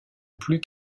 plus